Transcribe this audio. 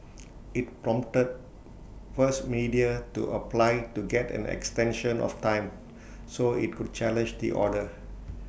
IT prompted first media to apply to get an extension of time so IT could challenge the order